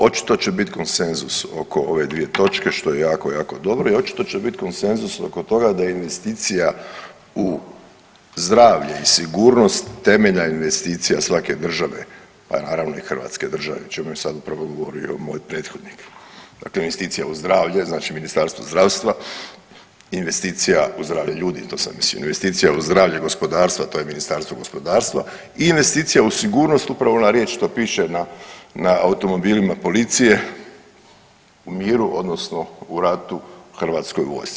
Očito će bit konsenzus oko ove dvije točke što je jako, jako dobro i očito će bit konsenzus oko toga da je investicija u zdravlje i sigurnost temeljna investicija svake države, a naravno i hrvatske države o čemu je sad upravo govorio moj prethodnik, dakle investicija u zdravlje znači Ministarstvo zdravstva, investicija u zdravlje ljudi, to sam mislio, investicija u zdravlje gospodarstva, to je Ministarstvo gospodarstva i investicija u sigurnost, upravo ona riječ što piše na, na automobilima policije u miru odnosno u ratu u HV-u.